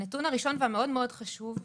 הנתון הראשון והמאוד מאוד חשוב,